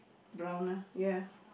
brown ah ya